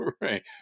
right